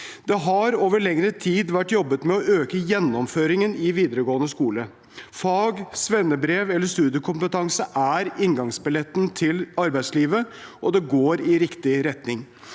Det har over lengre tid vært jobbet med å øke gjennomføringen i videregående skole. Fag- eller svennebrev eller studiekompetanse er inngangsbilletten til arbeidslivet. Det går i riktig retning.